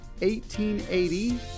1880